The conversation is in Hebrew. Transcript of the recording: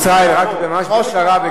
ישראל, רק ממש בקצרה.